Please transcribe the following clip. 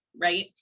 right